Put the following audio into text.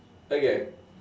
okay